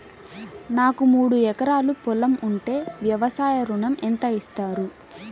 నాకు మూడు ఎకరాలు పొలం ఉంటే వ్యవసాయ ఋణం ఎంత ఇస్తారు?